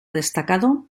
destacado